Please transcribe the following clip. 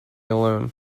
alone